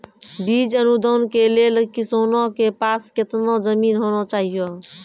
बीज अनुदान के लेल किसानों के पास केतना जमीन होना चहियों?